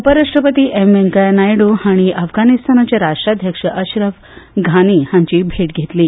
उपराष्ट्रपती एम वेंकय्या नायडू हांणी अफगाणिस्तानाचे राष्ट्राध्यक्ष अशरफ घानी हांची भेट घेतली